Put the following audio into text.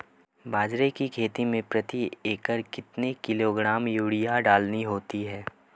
बाजरे की खेती में प्रति एकड़ कितने किलोग्राम यूरिया डालनी होती है?